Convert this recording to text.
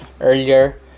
earlier